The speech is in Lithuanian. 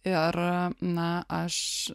ir na aš